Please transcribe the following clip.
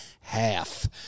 half